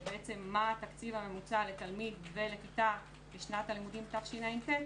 מה התקציב הממוצע לתלמיד ולכיתה בשנת הלימודים תשע"ט,